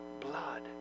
blood